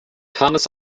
thomas